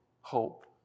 hope